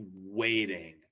waiting